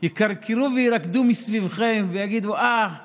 לאור הבקשות השונות לוועדות השונות, לוועדה